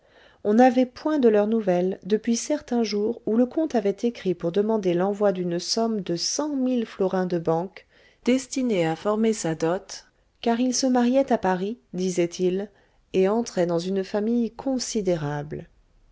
on n'avait point de leurs nouvelles depuis certain jour où le comte avait écrit pour demander l'envoi d'une somme de cent mille florins de banque destinée à former sa dot car il se mariait à paris disait-il et entrait dans une famille considérable